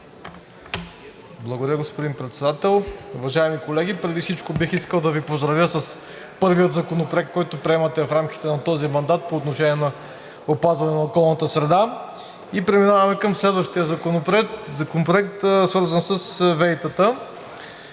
Благодаря, господин Председател. Уважаеми колеги, преди всичко бих искал да Ви поздравя с първия законопроект, който приемате в рамките на този мандат, по отношение на опазване на околната среда и преминаваме към следващия законопроект, свързан с ВЕИ-тата.